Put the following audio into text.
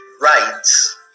Writes